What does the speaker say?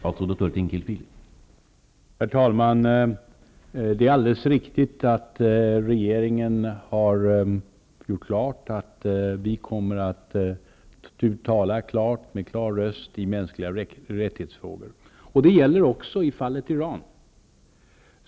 Herr talman! Det är alldeles riktigt att regeringen klargjort att vi kommer att tala med klar röst i frågor om mänskliga rättigheter. Det gäller också i fallet Iran.